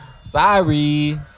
Sorry